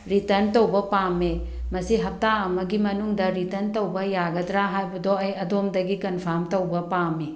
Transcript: return ꯇꯧꯕ ꯄꯥꯝꯃꯦ ꯃꯁꯤ ꯍꯞꯇꯥ ꯑꯃꯒꯤ ꯃꯅꯨꯡꯗ ꯔꯤꯇꯔꯟ ꯇꯧꯕ ꯌꯥꯒꯗ꯭ꯔꯥ ꯍꯥꯏꯕꯗꯣ ꯑꯩ ꯑꯗꯣꯝꯗꯒꯤ ꯀꯟꯐꯥꯔꯝ ꯇꯧꯕ ꯄꯥꯝꯃꯤ